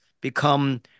become